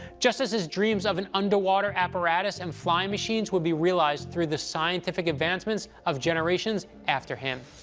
just as his dreams of an underwater apparatus and flying machines would be realized through the scientific advancements of generations after him.